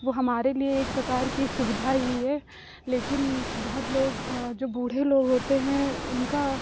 वो हमारे लिए एक प्रकार की सुविधा ही है लेकिन बहुत लोग जो बूढ़े लोग होते हैं उनका